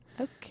Okay